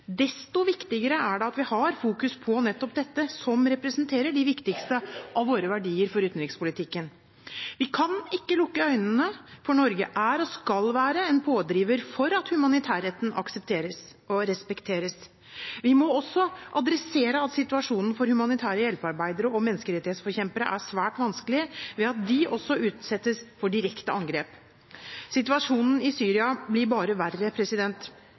Desto viktigere er det at vi har fokus på nettopp dette som representerer de viktigste av våre verdier for utenrikspolitikken. Vi kan ikke lukke øynene, for Norge er – og skal være – en pådriver for at humanitærretten respekteres. Vi må også adressere at situasjonen for humanitære hjelpearbeidere og menneskerettighetsforkjempere er svært vanskelig ved at de også utsettes for direkte angrep. Situasjonen i Syria blir bare verre.